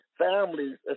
families